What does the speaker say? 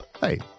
Hey